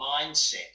mindset